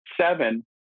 Seven